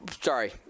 sorry